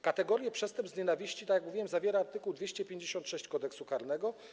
Kategorię przestępstw z nienawiści, tak jak mówiłem, obejmuje art. 256 Kodeksu karnego.